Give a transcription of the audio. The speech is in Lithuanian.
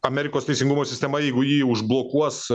amerikos teisingumo sistema jeigu jį užblokuos